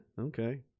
Okay